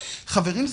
חברים,